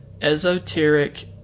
esoteric